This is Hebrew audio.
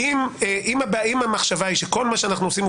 את בזמן דיבור של מישהו.